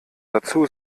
dazu